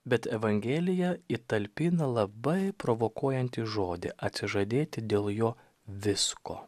bet evangelija įtalpina labai provokuojantį žodį atsižadėti dėl jo visko